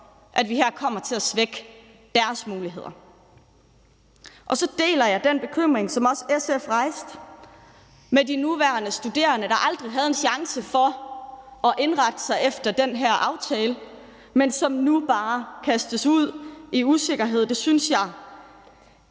at vi her kommer til at svække deres muligheder. Så deler jeg den bekymring, som også SF rejste, om de nuværende studerende, der aldrig havde en chance for at indrette sig efter den her aftale, og som nu bare kastes ud i usikkerhed. Det synes jeg